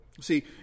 See